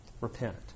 repent